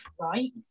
Right